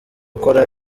ukora